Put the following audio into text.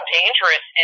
dangerous